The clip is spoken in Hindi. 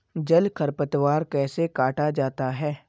जल खरपतवार कैसे काटा जाता है?